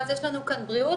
ואז יש לנו כאן בריאות,